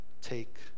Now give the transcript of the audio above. take